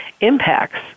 impacts